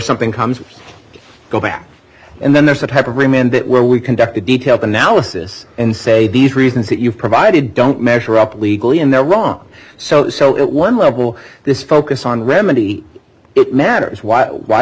something comes go back and then there's that have to remain that where we conduct a detailed analysis and say these reasons that you provided don't measure up legally and they're wrong so so it one level this focus on remedy it matters why why